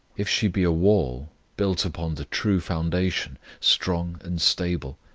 if she be a wall, built upon the true foundation, strong and stable,